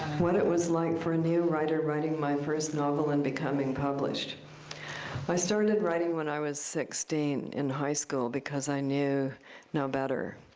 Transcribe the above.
what it was like for a new writer writing my first novel and becoming published i started writing when i was sixteen in high school because i knew no better.